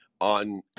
on